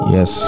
Yes